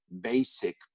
basic